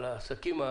על העסקים,